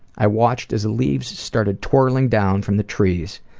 i watched as the leaves started twirling down from the trees,